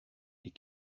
les